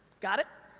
got it?